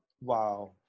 wow